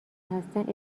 هستند